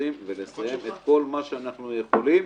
מרוכזים ולסיים את כל מה שאנחנו יכולים.